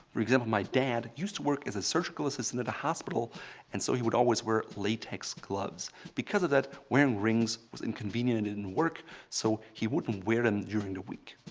for example, my dad used to work as a surgical assistant at a hospital and so he would always wear latex gloves because of that, wearing rings was inconvenient in work so he wouldn't wear them and during the week.